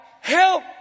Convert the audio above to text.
help